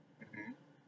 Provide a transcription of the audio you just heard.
mmhmm